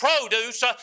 produce